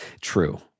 True